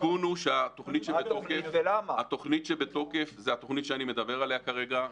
העדכון הוא שהתוכנית שבתוקף זו התוכנית שאני מדבר עליה כרגע.